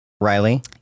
Riley